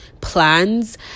plans